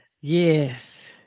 Yes